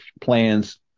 plans